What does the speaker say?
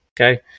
Okay